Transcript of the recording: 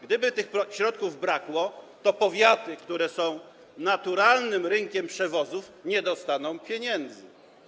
Gdyby tych środków zabrakło, to powiaty, które są naturalnym rynkiem przewozów, nie dostałyby pieniędzy.